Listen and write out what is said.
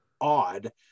odd